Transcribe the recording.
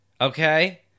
Okay